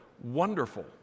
wonderful